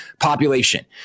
population